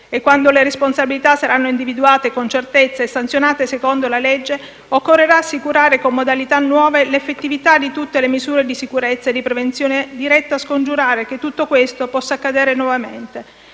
E quando le responsabilità saranno individuate con certezza e sanzionate secondo la legge, occorrerà assicurare con modalità nuove l'effettività di tutte le misure di sicurezza e di prevenzione, dirette a scongiurare che tutto questo possa accadere nuovamente.